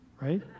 right